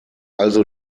also